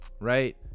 right